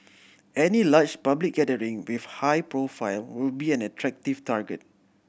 any large public gathering with high profile will be an attractive target